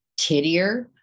tittier